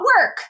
work